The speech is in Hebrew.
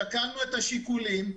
שקלנו את השיקולים,